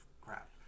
crap